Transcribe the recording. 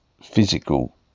physical